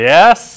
Yes